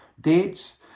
dates